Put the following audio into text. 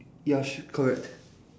ya sh~ correct